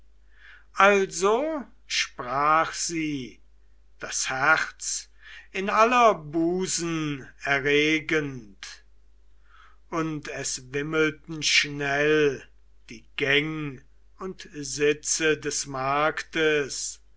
also sprach sie das herz in aller busen erregend und es wimmelten schnell die gäng und sitze des marktes